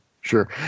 Sure